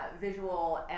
visual